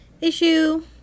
issue